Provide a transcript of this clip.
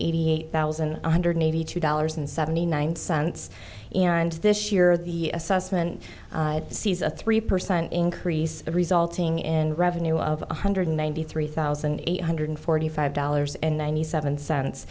eighty eight thousand one hundred eighty two dollars and seventy nine cents and this year the assessment sees a three percent increase resulting in revenue of one hundred ninety three thousand eight hundred forty five dollars and ninety seven cents